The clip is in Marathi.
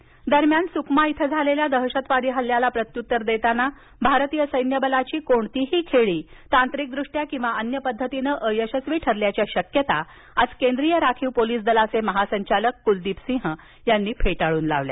दहशतवादी हल्ला दरम्यान सुकमा इथं नुकत्याच झालेल्या दहशतवादी हल्ल्यात प्रत्युत्तर देताना भारतीय सैन्यबलाची कोणतीही खेळी तांत्रिकदृष्ट्या किंवा अन्य पद्धतीनं अयशस्वी ठरल्याच्या शक्यता आज केंद्रीय राखीव पोलीस दलाचे महासंचालक कुलदीप सिंह यांनी फेटाळून लावल्या